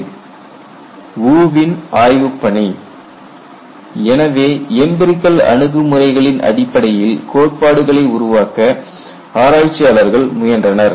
Experimental work of Wu Wu வின் ஆய்வுப்பணி எனவே எம்பிரிகல் அணுகுமுறைகளின் அடிப்படையில் கோட்பாடுகளை உருவாக்க ஆராய்ச்சியாளர்கள் முயன்றனர்